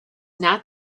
not